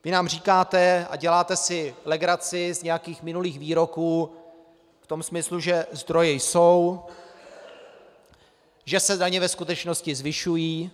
Vy nám říkáte a děláte si legraci z nějakých minulých výroků v tom smyslu, že zdroje jsou, že se daně ve skutečnosti zvyšují.